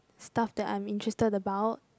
stuff that I'm interested about